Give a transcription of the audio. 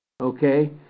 okay